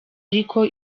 ariko